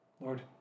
Lord